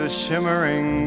shimmering